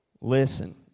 Listen